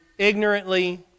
ignorantly